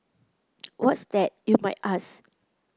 what's that you might ask